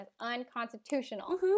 unconstitutional